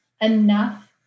enough